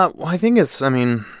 but well, i think it's i mean,